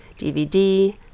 DVD